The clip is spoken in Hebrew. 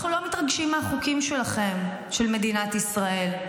אנחנו לא מתרגשים מהחוקים שלכם, של מדינת ישראל.